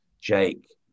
Jake